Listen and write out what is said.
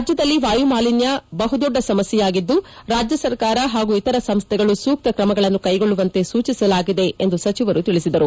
ರಾಜ್ಯದಲ್ಲಿ ವಾಯು ಮಾಲಿನ್ಯ ಬಹು ದೊಡ್ಡ ಸಮಸ್ಯೆಯಾಗಿದ್ದು ರಾಜ್ಯ ಸರ್ಕಾರ ಹಾಗೂ ಇತರ ಸಂಸ್ಡೆಗಳು ಸೂಕ್ತ ಕ್ರಮಗಳನ್ನು ಕೈಗೊಳ್ಳುವಂತೆ ಸೂಚಿಸಲಾಗಿದೆ ಎಂದು ಸಚಿವರು ತಿಳಿಸಿದರು